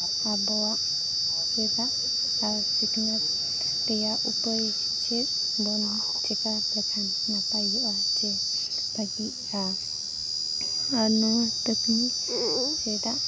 ᱟᱵᱚᱣᱟᱜ ᱪᱮᱫᱟᱜ ᱟᱨ ᱥᱤᱠᱷᱱᱟᱹᱛ ᱨᱮᱭᱟᱜ ᱩᱯᱟᱹᱭ ᱪᱮᱫ ᱵᱚᱱ ᱪᱮᱠᱟ ᱞᱮᱠᱷᱟᱱ ᱱᱟᱯᱟᱭ ᱦᱩᱭᱩᱜᱼᱟ ᱡᱮ ᱵᱷᱟᱜᱮᱜᱼᱟ ᱟᱨ ᱱᱚᱣᱟ ᱪᱮᱫᱟᱜ